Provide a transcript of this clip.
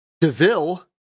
DeVille